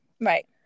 Right